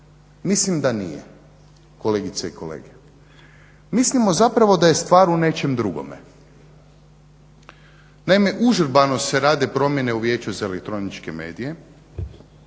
mislim da nije kolegice i kolege. Mislimo zapravo da je stvar u nečemu drugome. Naime užurbano se rade promjene u Vijeću za elektroničke medije,